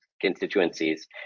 constituencies